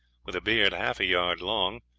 with a beard half a yard long,